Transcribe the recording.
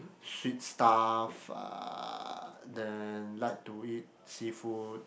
sweet stuff uh then like to eat seafood